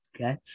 Okay